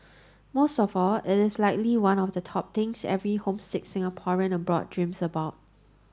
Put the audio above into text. most of all it's likely one of the top things every homesick Singaporean abroad dreams about